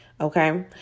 Okay